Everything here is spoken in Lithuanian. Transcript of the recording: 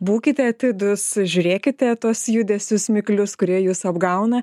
būkite atidūs žiūrėkite tuos judesius miklius kurie jus apgauna